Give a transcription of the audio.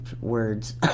words